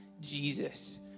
Jesus